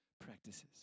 practices